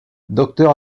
docteur